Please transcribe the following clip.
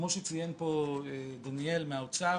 כמו שציין פה דניאל מהאוצר,